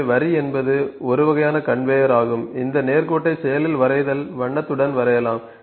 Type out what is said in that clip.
எனவே வரி என்பது ஒரு வகையான கன்வேயர் ஆகும் இந்த நேர் கோட்டை செயலில் வரைதல் வண்ணத்துடன் வரையலாம்